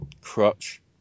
crutch